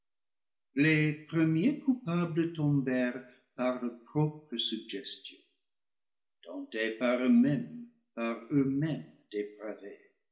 les premiers coupables tombèrent par leur propre sugges tion tentés par eux-mêmes par eux-mêmes dépravés